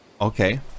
Okay